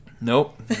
Nope